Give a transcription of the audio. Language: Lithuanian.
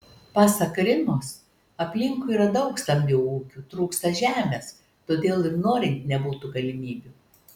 pasak rimos aplinkui yra daug stambių ūkių trūksta žemės todėl ir norint nebūtų galimybių